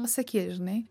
pasakyt žinai